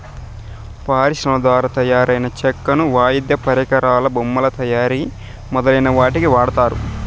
పరిశ్రమల ద్వారా తయారైన చెక్కను వాయిద్య పరికరాలు, బొమ్మల తయారీ మొదలైన వాటికి వాడతారు